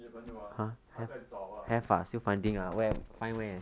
女朋友 ah 还在找 lah